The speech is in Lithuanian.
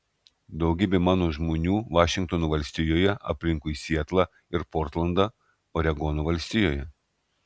daugybė mano žmonių vašingtono valstijoje aplinkui sietlą ir portlendą oregono valstijoje